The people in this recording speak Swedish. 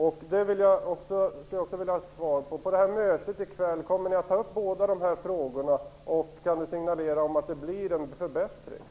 Jag skulle också vilja fråga: Kommer ni att ta upp båda dessa frågor på mötet i kväll, och kan ni ge signal om att det blir en förbättring?